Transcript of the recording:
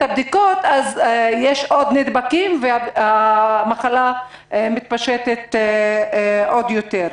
הבדיקות אז יש עוד נדבקים והמחלה מתפשטת עוד יותר.